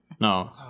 No